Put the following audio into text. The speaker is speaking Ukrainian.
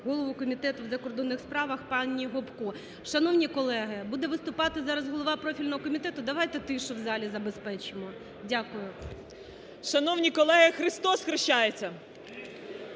голову Комітету у закордонних справах пані Гопко. Шановні колеги, буде виступати зараз голова профільного комітету, давайте тишу в залі забезпечимо. Дякую. 10:39:39 ГОПКО Г.М. Шановні колеги! Христос хрешається!